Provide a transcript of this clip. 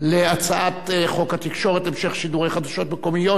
להצעת חוק התקשורת (המשך שידורי חדשות מקומיות